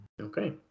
Okay